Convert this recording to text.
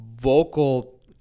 vocal